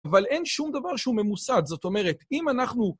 אבל אין שום דבר שהוא ממוסד, זאת אומרת, אם אנחנו...